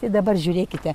ir dabar žiūrėkite